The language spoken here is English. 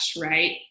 right